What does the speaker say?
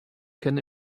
can